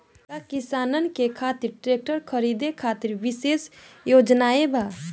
का किसानन के खातिर ट्रैक्टर खरीदे खातिर विशेष योजनाएं बा?